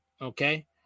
Okay